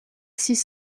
six